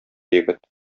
егет